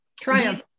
Triumph